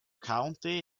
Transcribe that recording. county